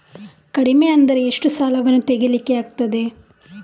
ಕಡಿಮೆ ಅಂದರೆ ಎಷ್ಟು ಸಾಲವನ್ನು ತೆಗಿಲಿಕ್ಕೆ ಆಗ್ತದೆ?